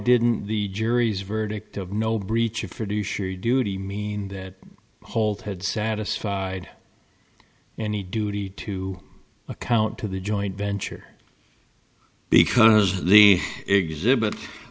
didn't the jury's verdict of no breach of duty mean that holt had satisfied any duty to account to the joint venture because the exhibit